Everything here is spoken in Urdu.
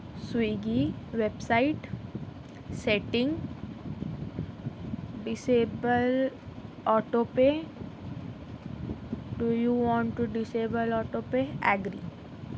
بارہ ایک سو پندرہ چار ہزار دو سو تین پچاسی ہزار ایک سو چورانوے نو لاکھ بارہ ہزار تین سو نو